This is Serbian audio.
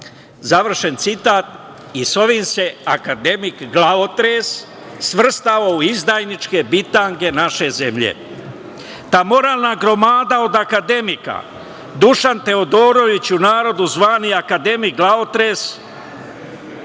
završen citat, i sa ovim se akademik glavotres svrstao u izdajničke bitange naše zemlje. Ta moralna gromada od akademika, Dušan Teodorović, u narodu zvani akademik glavotres